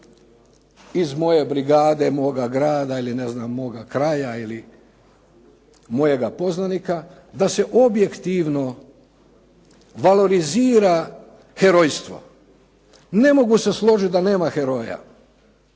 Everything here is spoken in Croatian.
iz moje brigade, moga grada ili moga kraja ili mojega poznanika, da se objektivno valorizira herojstvo. Ne mogu se složit da nema heroja.